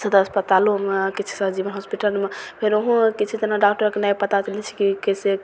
सदर अस्पतालोमे किछु सहजीवन हॉस्पिटलमे फेन उहो किछु एतना डॉक्टरके नहि पता चलय छै कि कइसे